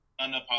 unapologetic